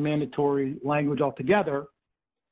mandatory language all together